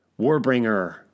Warbringer